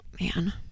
man